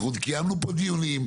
אנחנו קיימנו פה דיונים.